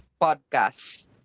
podcast